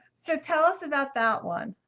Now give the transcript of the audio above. so tell us about that one.